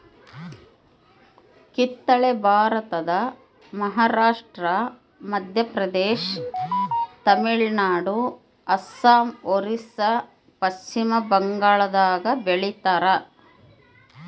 ಕಿತ್ತಳೆ ಭಾರತದ ಮಹಾರಾಷ್ಟ್ರ ಮಧ್ಯಪ್ರದೇಶ ತಮಿಳುನಾಡು ಅಸ್ಸಾಂ ಒರಿಸ್ಸಾ ಪಚ್ಚಿಮಬಂಗಾಳದಾಗ ಬೆಳಿತಾರ